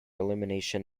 elimination